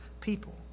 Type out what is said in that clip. people